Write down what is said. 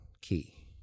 key